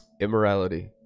immorality